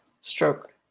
stroke